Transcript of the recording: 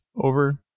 over